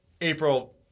April